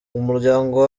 umuryango